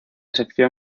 sección